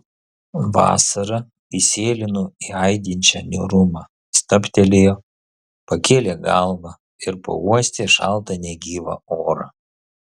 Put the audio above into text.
vasara įsėlino į aidinčią niūrumą stabtelėjo pakėlė galvą ir pauostė šaltą negyvą orą